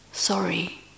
Sorry